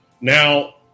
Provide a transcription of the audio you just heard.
Now